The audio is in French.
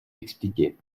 expliqué